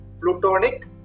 plutonic